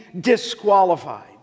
disqualified